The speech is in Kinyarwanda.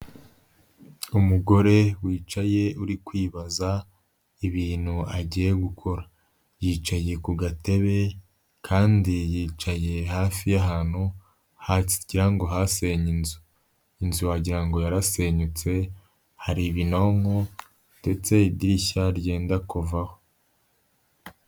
Umugore wicaye uri kwibaza ibintu agiye gukora, yicaye ku gatebe kandi yicaye hafi y'ahantu cyangwa hasennye inzu. Inzu wagira ngo yarasenyutse hari ibinonko ndetse idirishya ryenda kuvaho.